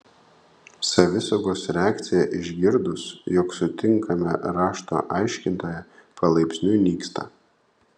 savisaugos reakcija išgirdus jog sutinkame rašto aiškintoją palaipsniui nyksta